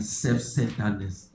self-centeredness